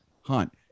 Hunt